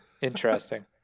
Interesting